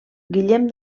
guillem